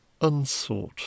unsought